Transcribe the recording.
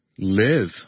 live